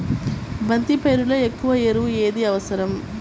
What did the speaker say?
బంతి పైరులో ఎక్కువ ఎరువు ఏది అవసరం?